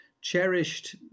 cherished